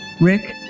Rick